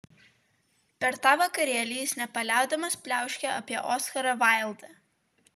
per tą vakarėlį jis nepaliaudamas pliauškė apie oskarą vaildą